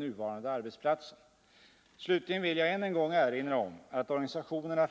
Är arbetsmarknadsministern beredd att vidta erforderliga åtgärder enligt vad utskottet